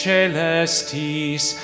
Celestis